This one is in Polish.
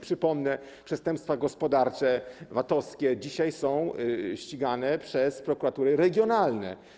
Przypomnę, że przestępstwa gospodarcze, VAT-owskie dzisiaj są ścigane przez prokuratury regionalne.